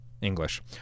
english